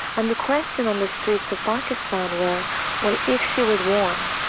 um the question on the streets of pakistan were well if she was warned,